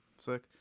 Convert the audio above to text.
Sick